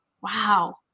wow